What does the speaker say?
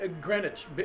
Greenwich